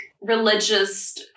religious